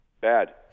Bad